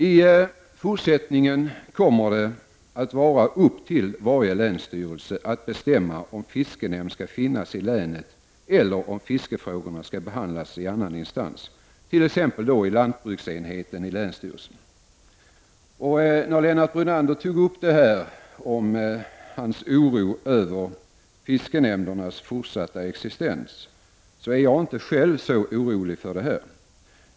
I fortsättningen kommer det att ankomma på varje länsstyrelse att bestämma om fiskenämnd skall finnas i länet eller om fiskefrågorna skall behandlas i annan instans, t.ex. lantbruksenheten i länsstyrelsen. Lennart Brunander kände oro för fiskenämndernas fortsatta existens. Jag själv är inte så orolig för detta.